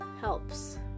helps